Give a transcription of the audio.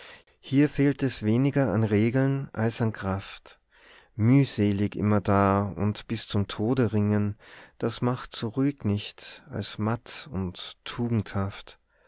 hier fehlt es weniger an regeln als an kraft mühselig immerdar und bis zum tode ringen das macht so ruhig nicht als matt und tugendhaft